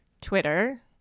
Twitter